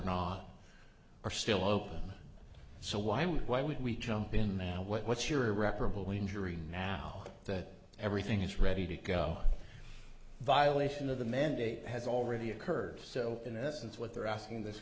not are still open so why would why would we jump in now what's your reparable injury now that everything is ready to go violation of the mandate has already occurred so in essence what they're asking this